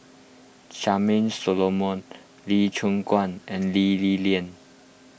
Charmaine Solomon Lee Choon Guan and Lee Li Lian